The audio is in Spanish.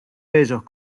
bellos